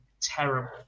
terrible